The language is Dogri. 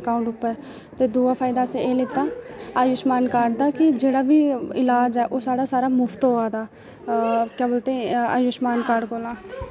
अकाउंट उप्पर ते दूआ फायदा असें एह् लैता आयुश्मान कार्ड दा कि जेह्ड़ा बी ईलाज ऐ ओह् साढ़ा सारा मुफ्त होआ दा क्या बोलते आयुश्मान कार्ड कोला